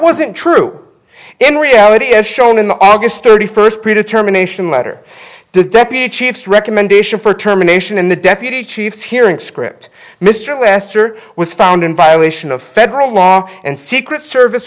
wasn't true in reality as shown in the august thirty first pre determination letter to the deputy chiefs recommendation for terminations and the deputy chiefs hearing script mr lester was found in violation of federal law and secret service